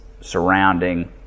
surrounding